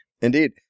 Indeed